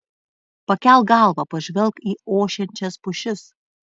pakelk galvą pažvelk į ošiančias pušis